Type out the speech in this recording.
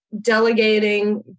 delegating